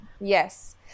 Yes